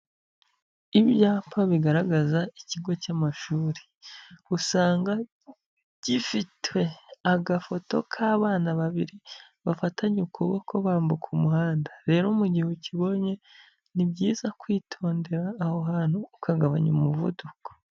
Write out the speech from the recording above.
Ibyapa bigaragaza ikigo cy'amashuri, usanga gifite agafoto k'abana babiri bafatanye ukuboko bambuka umuhanda, rero mu gihe ukibonye ni byiza kwitondera aho hantu ukagabanya umuvuduko.